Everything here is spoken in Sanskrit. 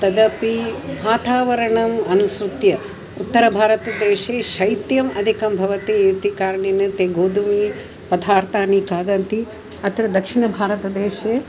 तदपि वातावरणम् अनुसृत्य उत्तरभारतदेशे शैत्यम् अधिकं भवति इति कारणेन ते गोधूम पदार्थानि खादन्ति अत्र दक्षिणभारतदेशे